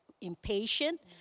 impatient